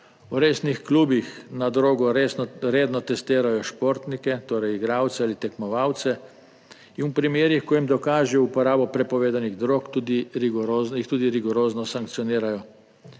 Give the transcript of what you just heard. V resnih klubih na drogo redno testirajo športnike, torej igralce ali tekmovalce, in v primerih, ko jim dokažejo uporabo prepovedanih drog tudi rigorozno sankcionirajo,